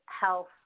health